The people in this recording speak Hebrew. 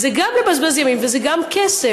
זה גם לבזבז ימים וזה גם כסף.